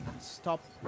stop